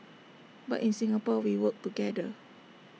but in Singapore we work together